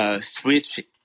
Switch